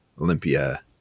Olympia